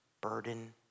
burden